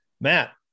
Matt